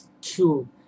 cube